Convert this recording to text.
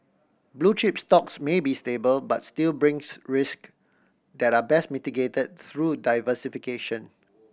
blue chip stocks may be stable but still brings risk that are best mitigate through diversification